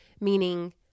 meaning